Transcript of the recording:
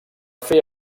fer